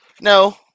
No